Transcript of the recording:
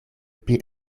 pli